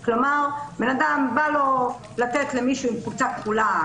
כלומר: לאדם בא לתת שירות למישהו עם חולצה כחולה,